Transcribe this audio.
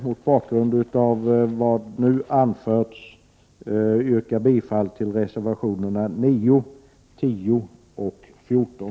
Mot bakgrund av vad jag här anfört yrkar jag bifall till reservationerna 9, 10 och 14.